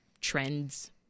trends